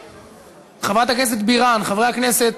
חברת הכנסת בירן, חברי הכנסת.